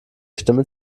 stimme